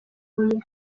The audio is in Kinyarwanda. huye